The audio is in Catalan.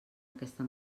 aquesta